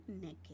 naked